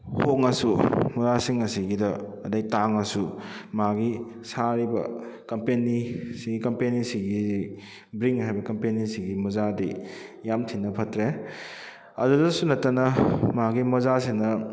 ꯍꯣꯡꯉꯁꯨ ꯃꯣꯖꯥꯁꯤꯡ ꯑꯁꯤꯒꯤꯗ ꯑꯗꯨꯗꯩ ꯇꯥꯡꯉꯁꯨ ꯃꯥꯒꯤ ꯁꯥꯔꯤꯕ ꯀꯝꯄꯦꯅꯤ ꯁꯤꯒꯤ ꯀꯝꯄꯦꯅꯤꯁꯤꯒꯤ ꯕ꯭ꯔꯤꯡ ꯍꯥꯏꯕ ꯀꯝꯄꯦꯅꯤꯁꯤꯒꯤ ꯃꯣꯖꯥꯗꯤ ꯌꯥꯝ ꯊꯤꯅ ꯐꯠꯇ꯭ꯔꯦ ꯑꯗꯨꯗꯁꯨ ꯅꯠꯇꯅ ꯃꯥꯒꯤ ꯃꯣꯖꯥꯁꯤꯅ